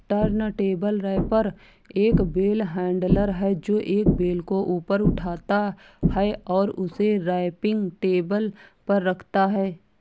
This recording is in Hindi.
टर्नटेबल रैपर एक बेल हैंडलर है, जो एक बेल को ऊपर उठाता है और उसे रैपिंग टेबल पर रखता है